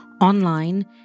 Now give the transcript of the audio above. online